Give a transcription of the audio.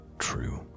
true